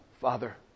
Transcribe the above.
Father